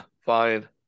Fine